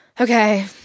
okay